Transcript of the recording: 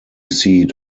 seat